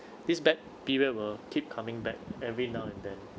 this bad period will keep coming back every now and then